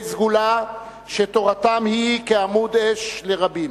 סגולה שתורתם היא כעמוד אש לרבים.